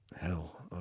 hell